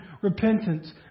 repentance